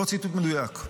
לא ציטוט מדויק.